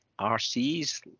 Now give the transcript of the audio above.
RCs